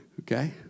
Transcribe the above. Okay